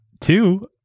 two